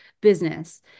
business